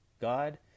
God